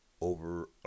over